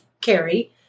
Carrie